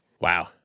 Wow